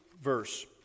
verse